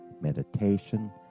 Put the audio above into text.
meditation